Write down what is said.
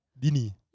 Dini